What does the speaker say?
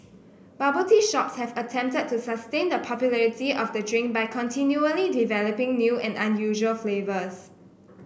bubble tea shops have attempted to sustain the popularity of the drink by continually developing new and unusual flavours